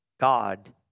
God